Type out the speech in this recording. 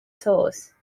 sauce